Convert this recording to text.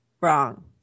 Wrong